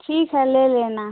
ठीक है ले लेना